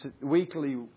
weekly